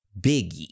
Biggie